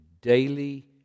daily